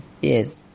Yes